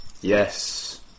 Yes